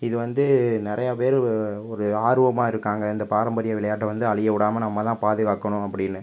இது வந்து நிறையா பேர் ஒரு ஆர்வமாக இருக்காங்க இந்த பாரம்பரிய விளையாட்டை வந்து அழியவிடாமல் நம்ம தான் பாதுகாக்கணும் அப்படின்னு